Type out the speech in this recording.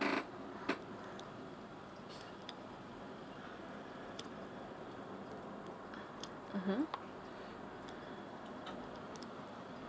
mmhmm